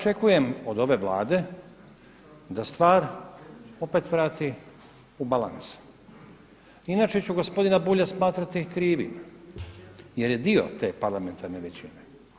Ja očekujem od ove Vlade da stvar opet vrati u balans, inače ću gospodina Bulja smatrati krivim jer je dio te parlamentarne većine.